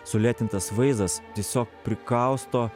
sulėtintas vaizdas tiesiog prikausto